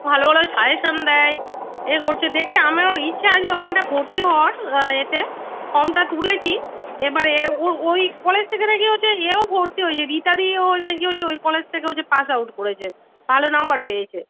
ভালো ভালো সাজেশন দেয় এ করছে দেখছি আমারও ইচ্ছা আছে ওখানটায় ভর্তি হওয়ার এতে ফর্মটা তুলেছি এবার ওই কলেজ থেকে না কি হচ্ছে এও ভর্তি হয়েছে রিতাদিও না কি হচ্ছে ওই কলেজ থেকে হচ্ছে পাস আউট করেছে ভালো নাম্বার পেয়েছে